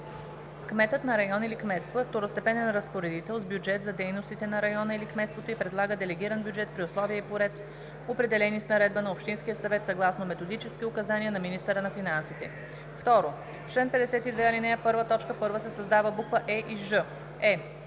„Кметът на район или кметство е второстепенен разпоредител с бюджет за дейностите на района или кметството и прилага делегиран бюджет, при условия и по ред, определени с наредба на Общинския съвет, съгласно методически указания на министъра на финансите. 2. В чл. 52, ал. 1, т. 1 се създават б. „е“ и „ж“: